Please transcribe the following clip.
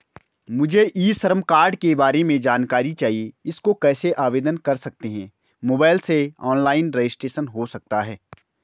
मुझे E Shram card के बारे में जानकारी चाहिए इसको कैसे आवेदन कर सकते हैं मोबाइल से ऑनलाइन रजिस्ट्रेशन हो सकता है?